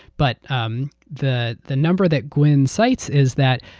but um the the number that gwynne cites is that,